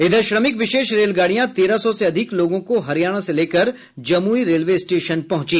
इधर श्रमिक विशेष रेलगाड़ी तेरह सौ से अधिक लोगों को हरियाणा से लेकर जमुई रेलवे स्टेशन पर पहुंची